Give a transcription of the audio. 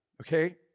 okay